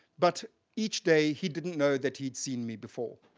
but each day he didn't know that he'd seen me before.